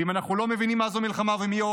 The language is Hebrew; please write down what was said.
ואם אנחנו לא מבינים מה זו מלחמה ומיהו